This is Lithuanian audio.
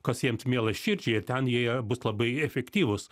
kas jiems miela širdžiai ir ten jie bus labai efektyvūs